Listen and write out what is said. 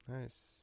nice